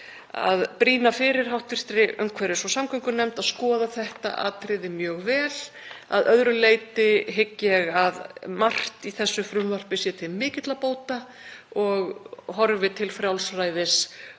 að brýna fyrir hv. umhverfis- og samgöngunefnd að skoða þetta atriði mjög vel. Að öðru leyti hygg ég að margt í frumvarpinu sé til mikilla bóta og horfi til frjálsræðis